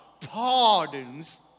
pardons